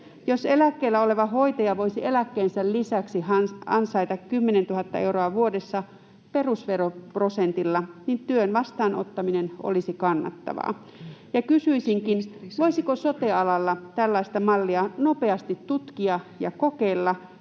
Jos eläkkeellä oleva hoitaja voisi eläkkeensä lisäksi ansaita 10 000 euroa vuodessa perusveroprosentilla, työn vastaanottaminen olisi kannattavaa. Kysyisinkin: voisiko sote-alalla tällaista mallia nopeasti tutkia ja kokeilla